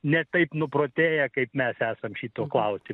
ne taip nuprotėję kaip mes esam šito klausti